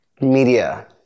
media